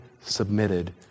submitted